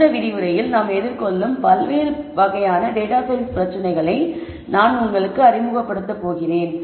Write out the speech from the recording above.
அடுத்த விரிவுரையில் நாம் எதிர்கொள்ளும் பல்வேறு வகையான டேட்டா சயின்ஸ் பிரச்சினைகளை நான் உங்களுக்கு அறிமுகப்படுத்தப் போகிறேன்